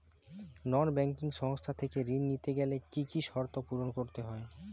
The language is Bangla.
নন ব্যাঙ্কিং সংস্থা থেকে ঋণ নিতে গেলে কি কি শর্ত পূরণ করতে হয়?